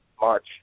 March